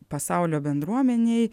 pasaulio bendruomenėj